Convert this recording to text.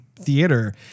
theater